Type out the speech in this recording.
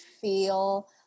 feel